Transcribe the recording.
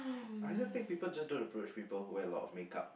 I also think people just don't approach people who wear a lot of makeup